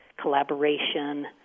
collaboration